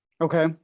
Okay